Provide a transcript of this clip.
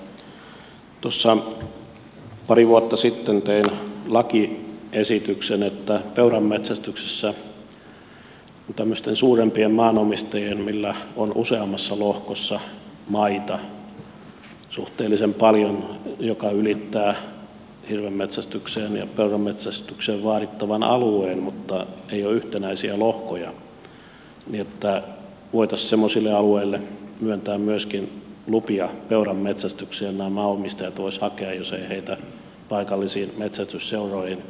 tuossa pari vuotta sitten tein lakiesityksen että peuranmetsästyksessä voitaisiin tämmöisten suurempien maanomistajien joilla on useammassa lohkossa suhteellisen paljon maita jotka ylittävät hirvenmetsästykseen ja peuranmetsästykseen vaadittavan alueen mutta eivät ole yhtenäisiä lohkoja semmoisille alueille myöntää myöskin peuranmetsästykseen lupia joita nämä maanomistajat voisivat hakea jos ei heitä paikallisiin metsästysseuroihin hyväksytä